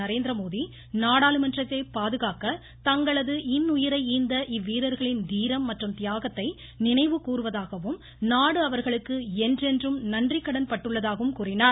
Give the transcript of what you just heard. நரேந்திரமோடி நாடாளுமன்றத்தை பாதுகாக்க தங்களது இன்னுயிரை ஈந்த இவ்வீரர்களின் தீரம் மற்றும் தியாகத்தை நினைவு கூர்வதாகவும் நாடு அவர்களுக்கு என்றென்றும் நன்றிக்கடன்பட்டுள்ளதாகவும் கூறினார்